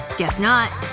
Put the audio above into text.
guess not.